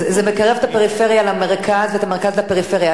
זה מקרב את הפריפריה למרכז ואת המרכז לפריפריה.